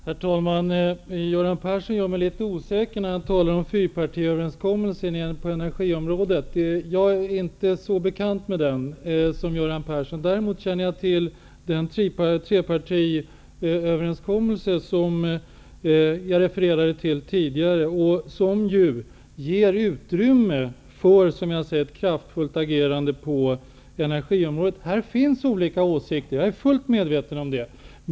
Herr talman! Göran Persson gör mig litet osäker när han talar om fyrpartiöverenskommelsen på energiområdet. Jag är inte så bekant med den som Göran Persson. Däremot känner jag till den trepartiöverenskommelse som jag refererade till tidigare och som ju, som vi har sett, ger utrymme för kraftfullt agerande på energiområdet. Det finns olika åsikter i den här frågan. Jag är fullt medveten om det.